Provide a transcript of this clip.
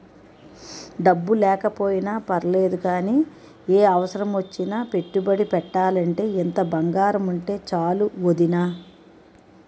డబ్బు లేకపోయినా పర్లేదు గానీ, ఏ అవసరమొచ్చినా పెట్టుబడి పెట్టాలంటే ఇంత బంగారముంటే చాలు వొదినా